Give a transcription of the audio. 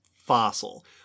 Fossil